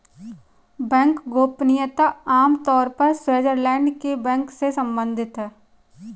bank गोपनीयता आम तौर पर स्विटज़रलैंड के बैंक से सम्बंधित है